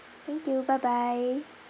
thank you bye bye